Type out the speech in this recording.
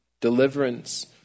deliverance